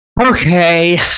Okay